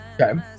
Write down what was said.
Okay